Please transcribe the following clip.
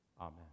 Amen